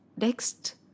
Next